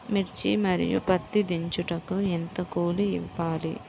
మిర్చి మరియు పత్తి దించుటకు ఎంత కూలి ఇవ్వాలి?